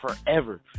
forever